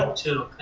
um to